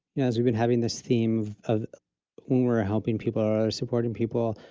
as we've been having this theme of, when we're helping people or supporting people,